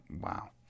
Wow